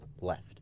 left